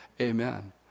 amen